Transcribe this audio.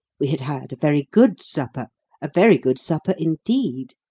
we had had a very good supper a very good supper, indeed.